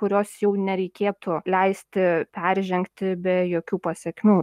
kurios jau nereikėtų leisti peržengti be jokių pasekmių